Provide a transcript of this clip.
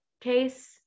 case